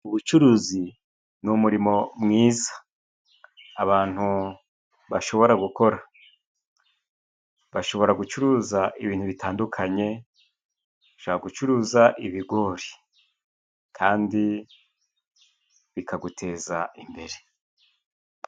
Ubucuruzi ni umurimo mwiza abantu bashobora gukora. Bashobora gucuruza ibintu bitandukanye, bashobora gucuruza ibigori kandi bikaguteza imbere.